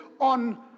on